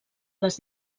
les